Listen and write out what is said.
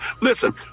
Listen